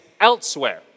elsewhere